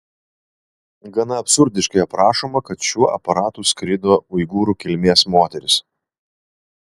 gana absurdiškai aprašoma kad šiuo aparatu skrido uigūrų kilmės moteris